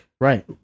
right